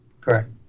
correct